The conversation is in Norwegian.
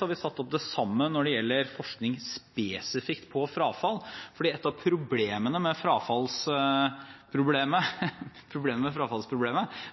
har vi satt opp det samme når det gjelder forskning spesifikt på frafall. Et av problemene med frafallsproblematikken